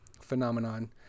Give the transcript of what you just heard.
phenomenon